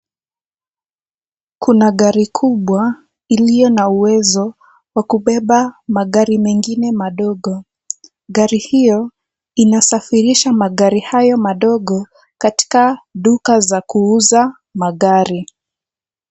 Kuna gari kubwa iliyo na uwezo wa kubeba magari mengine madogo. Gari hiyo inasafirisha magari hayo madogo, katika duka za kuuza magari.